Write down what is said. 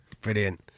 brilliant